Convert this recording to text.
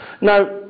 Now